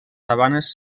sabanes